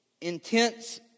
intense